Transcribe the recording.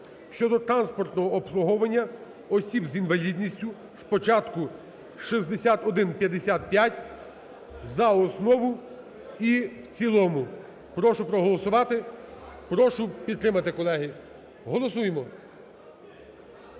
щодо транспортного обслуговування осіб з інвалідністю, спочатку 6155, за основу і в цілому. Прошу проголосувати. Прошу підтримати, колеги. Голосуємо.